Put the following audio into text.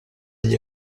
agli